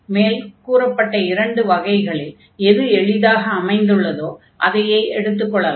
மேற்கூறப்பட்ட இரண்டு வகைகளில் எது எளிதாக அமைந்துள்ளதோ அதையே எடுத்துக் கொள்ளலாம்